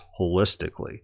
holistically